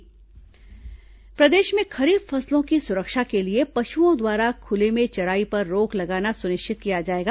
रोका छेका व्यवस्था प्रदेश में खरीफ फसलों की सुरक्षा के लिए पशुओं द्वारा खुले में चराई पर रोक लगाना सुनिश्चित किया जाएगा